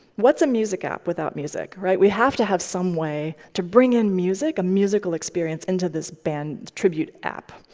what's a music app without music, music, right? we have to have some way to bring in music, a musical experience, into this band tribute app.